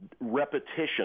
repetition